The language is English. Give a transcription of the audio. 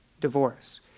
divorce